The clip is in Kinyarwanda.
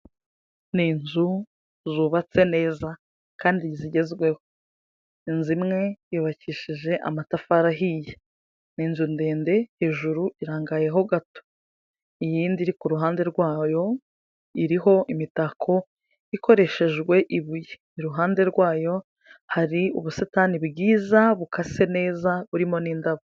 Ni inzu zubatse neza kandi zigezweho, inzu imwe yubakishije amatafari ahiye. Ni inzu ndende hejuru irangayeho gato, iyindi iri ku ruhande rwayo iriho imitako ikoreshejwe ibuye, iruhande rwayo hari ubusitani bwiza bukase neza burimo n'indabo.